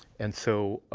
and so,